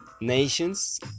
nations